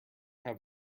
have